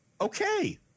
okay